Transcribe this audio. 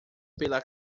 pela